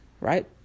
right